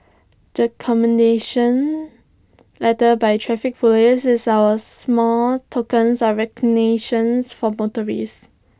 the commendation letter by traffic Police is our small token of recognition for motorists